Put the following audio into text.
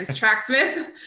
Tracksmith